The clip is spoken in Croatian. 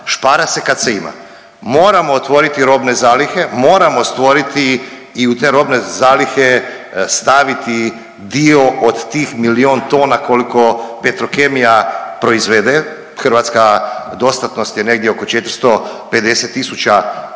špara se kad se ima. Moramo otvoriti robne zalihe, moramo stvoriti i u te robne zalihe staviti dio od tih milijun tona koliko Petrokemija proizvede, hrvatska dostatnost je negdje oko 450.000 tona